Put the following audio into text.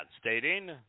stating